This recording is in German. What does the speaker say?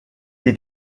die